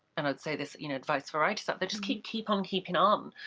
and i'd say this you know advice for writers out there, just keep keep on keeping on,